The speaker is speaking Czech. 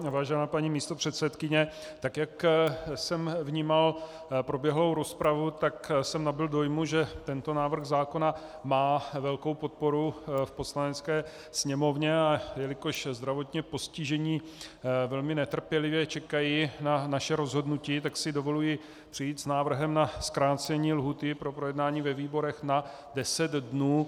Vážená paní místopředsedkyně, tak jak jsem vnímal proběhlou rozpravu, tak jsem nabyl dojmu, že tento návrh zákona má velkou podporu v Poslanecké sněmovně, a jelikož zdravotně postižení velmi netrpělivě čekají na naše rozhodnutí, tak si dovoluji přijít s návrhem na zkrácení lhůty pro projednání ve výborech na 10 dnů.